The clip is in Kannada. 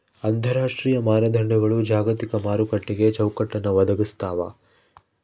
ಅಂತರರಾಷ್ಟ್ರೀಯ ಮಾನದಂಡಗಳು ಜಾಗತಿಕ ಮಾರುಕಟ್ಟೆಗೆ ಚೌಕಟ್ಟನ್ನ ಒದಗಿಸ್ತಾವ